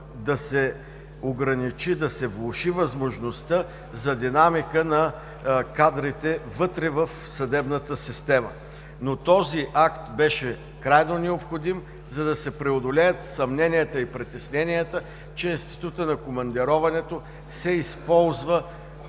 да се ограничи, да се влоши възможността за динамика на кадрите вътре в съдебната система. Но този акт беше крайно необходим, за да се преодолеят съмненията и притесненията, че институтът на командироването се използва,